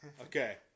Okay